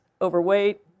overweight